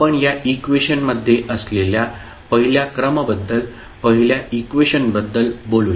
आपण या इक्वेशनमध्ये असलेल्या पहिल्या क्रमबद्दल पहिल्या इक्वेशनबद्दल बोलूया